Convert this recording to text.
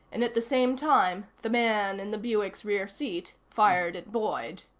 and at the same time the man in the buick's rear seat fired at boyd.